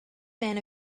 man